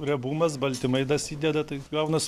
riebumas baltymai dasideda tai gaunas